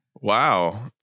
Wow